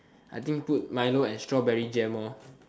I think put milo and strawberry jam